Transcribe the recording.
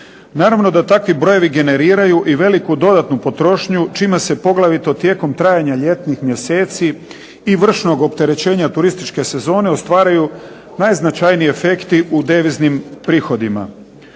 Naravno da takvi brojevi generiraju i veliku dodatnu potrošnju čime se poglavito tijekom trajanja ljetnih mjeseci i vršnog opterećenja turističke sezone ostvaruju najznačajniji efekti u deviznim prihodima.